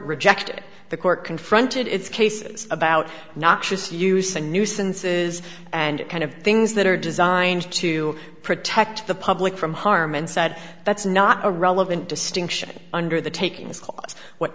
rejected the court confronted its cases about noxious use and nuisances and kind of things that are designed to protect the public from harm and said that's not a relevant distinction under the taking